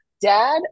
dad